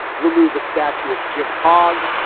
remove a statue of jim hogg,